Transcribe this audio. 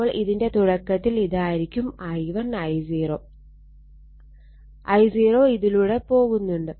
അപ്പോൾ ഇതിന്റെ തുടക്കത്തിൽ ഇതായിരിക്കും I1 I0 ഇതിലൂടെ പോകുന്നുണ്ട്